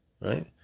Right